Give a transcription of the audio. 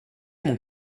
mon